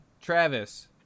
Travis